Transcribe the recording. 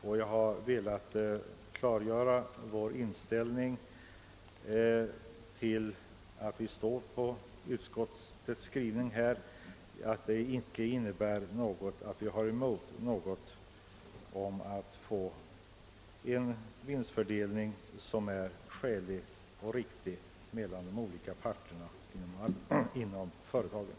Jag har härmed velat klargöra att det förhållandet att vi stöder utskottets skrivning inte innebär att vi har någonting emot en skälig vinstfördelning mellan de olika parterna i företagen.